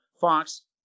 Fox